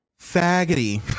faggoty